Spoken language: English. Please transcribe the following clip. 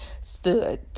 stood